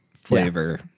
flavor